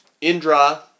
Indra